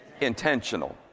Intentional